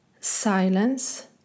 Silence